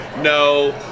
no